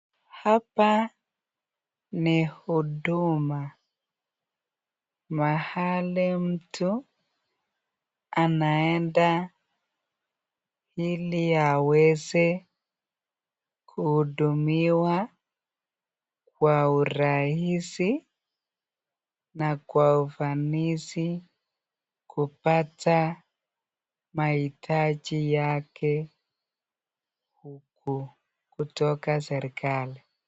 Hapa ni huduma mahali mtu anaenda ili aweze kuhudumiwa kwa urahisi na kwa ufanisi kupata mahitaji yake huku kutoka serekali.